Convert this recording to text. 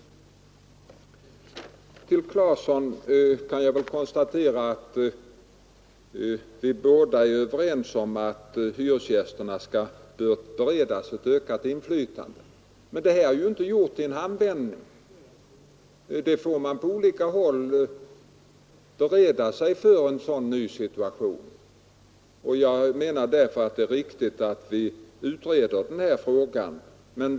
För att sedan ta upp vad herr Claeson sade kan jag konstatera att vi båda är överens om att hyresgästerna bör beredas ett ökat inflytande, men det är inte gjort i en handvändning. Man får på olika håll bereda sig för en sådan ny situation. Jag anser därför att det är riktigt att vi utreder den frågan.